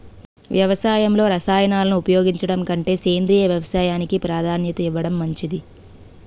వ్యవసాయంలో రసాయనాలను ఉపయోగించడం కంటే సేంద్రియ వ్యవసాయానికి ప్రాధాన్యత ఇవ్వడం మంచిది